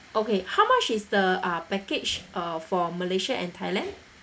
okay how much is the uh package uh for malaysia and thailand